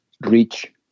reach